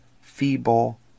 feeble